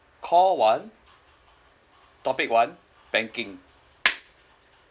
call one topic one banking